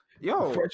Yo